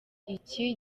iki